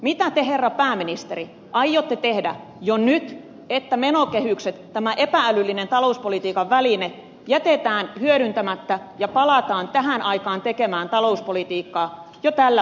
mitä te herra pääministeri aiotte tehdä jo nyt että menokehykset tämä epä älyllinen talouspolitiikan väline jätetään hyödyntämättä ja palataan tähän aikaan tekemään talouspolitiikkaa jo tällä vaalikaudella